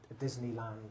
Disneyland